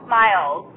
miles